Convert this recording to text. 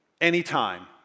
anytime